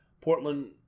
Portland